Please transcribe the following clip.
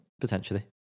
Potentially